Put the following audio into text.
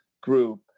group